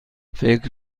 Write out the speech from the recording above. فکر